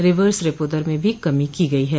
reverse repo दर में भी कमी की गई है